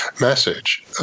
message